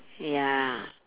ya